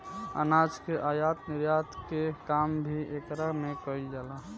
अनाज के आयत निर्यात के काम भी एकरा में कईल जाला